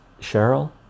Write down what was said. Cheryl